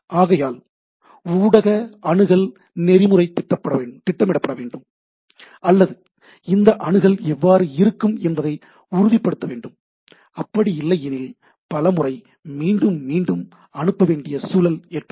ஆகையால் ஊடக அணுகல் நெறிமுறை திட்டமிடப்பட வேண்டும் அல்லது இந்த அணுகல் எவ்வாறு இருக்கும் என்பதை உறுதிப்படுத்த வேண்டும் அப்படி இல்லை எனில் பலமுறை மீண்டும் மீண்டும் அனுப்பவேண்டிய சூழல் ஏற்படும்